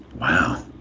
Wow